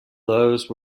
those